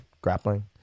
grappling